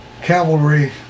cavalry